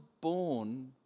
born